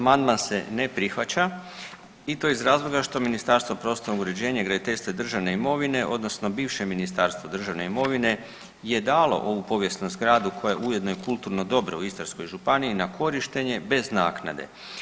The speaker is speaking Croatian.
Amandman se ne prihvaća i to iz razloga što Ministarstvo prostornog uređenja i graditeljstva i državne imovine odnosno bivše Ministarstvo državne imovine je dalo ovu povijesnu zgradu koja je ujedno i kulturno dobro u Istarskoj županiji na korištenje bez naknade.